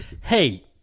hey